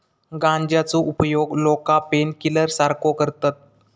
गांजाचो उपयोग लोका पेनकिलर सारखो करतत